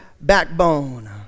backbone